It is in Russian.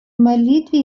молитве